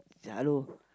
ya lor